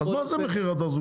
אז מה זה מחיר התחזוקה?